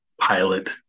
pilot